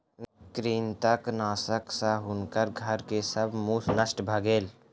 कृंतकनाशक सॅ हुनकर घर के सब मूस नष्ट भ गेल